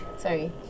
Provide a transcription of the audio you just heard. sorry